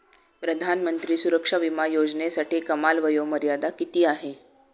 प्रधानमंत्री सुरक्षा विमा योजनेसाठी कमाल वयोमर्यादा किती आहे?